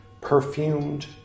Perfumed